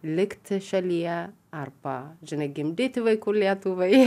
likti šalyje arba žinai gimdyti vaikų lietuvai